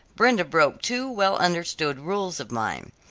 brenda broke two well-understood rules of mine.